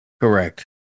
correct